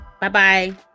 Bye-bye